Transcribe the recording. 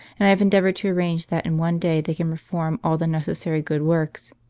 and i have endeavoured to arrange that in one day they can perform all the necessary good works.